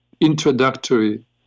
introductory